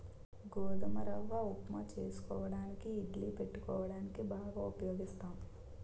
గోధుమ రవ్వ ఉప్మా చేసుకోవడానికి ఇడ్లీ పెట్టుకోవడానికి బాగా ఉపయోగిస్తాం